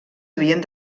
havien